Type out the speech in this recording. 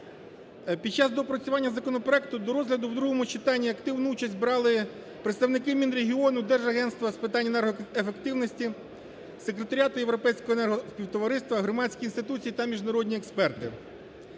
Під час доопрацювання законопроекту до розгляду в другому читанні активну участь брали представники Мінрегіону, Держагентства з питань енергоефективності, Секретаріату Європейського енергоспівтовариства, громадські інституції та міжнародні експерти.